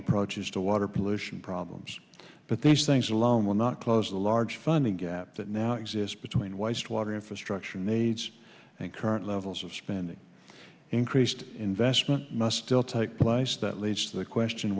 approaches to water pollution problems but these things alone will not close the large funding gap that now exists between whilst water infrastructure needs and current levels of spending increased investment must still take place that leads to the question